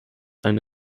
eine